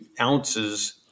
ounces